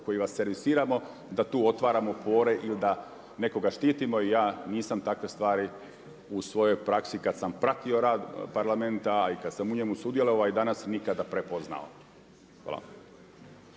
koji vas servisiramo, da tu otvaramo pore ili da nekoga štitimo i ja nisam takve stvari u svojoj praksi kad sam pratio rad Parlamenta, a i kad sam u njemu sudjelovao i danas nikada prepoznao. Hvala